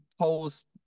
post